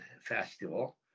Festival